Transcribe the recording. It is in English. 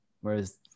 Whereas